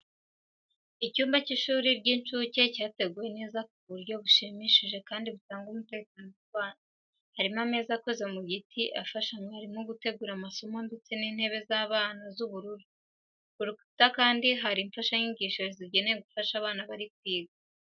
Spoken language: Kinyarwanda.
Icyumba cy’ishuri ry’incuke cyateguwe neza ku buryo bushimishije kandi butanga umutekano ku bana. Harimo ameza akoze mu giti afasha mwarimu gutegura amasomo ndetse n’intebe z’abana z’ubururu. Ku rukuta kandi hari imfashanyigisho zigenewe gufasha abana kwiga.